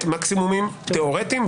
בראשון זה תיאורטי בשני